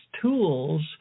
tools